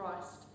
Christ